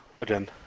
again